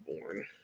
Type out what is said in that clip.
born